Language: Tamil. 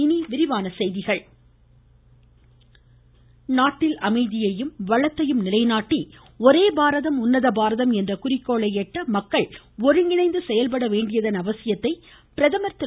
இனிவிரிவான செய்திகள் பிரதமர் நாட்டில் அமைதியையும் வளத்தையும் நிலைநாட்டி ஒரே பாரதம் உன்னத பாரதம் என்ற குறிக்கோளை எட்ட மக்கள் ஒருங்கிணைந்து செயல்பட வேண்டியதன் அவசியத்தை பிரதமர் திரு